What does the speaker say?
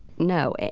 no.